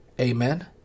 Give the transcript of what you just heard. Amen